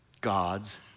God's